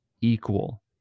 equal